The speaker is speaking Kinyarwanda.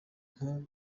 nko